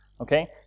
Okay